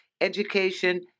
education